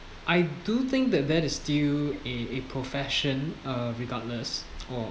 I do think the that is still a a profession uh regardless or